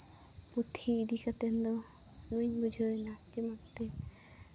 ᱯᱩᱛᱷᱤ ᱤᱫᱤ ᱠᱟᱛᱮ ᱫᱚ ᱟᱹᱰᱤ ᱢᱚᱡᱽ ᱵᱩᱡᱷᱟᱹᱣᱱᱟ ᱡᱮᱢᱚᱱ ᱛᱮ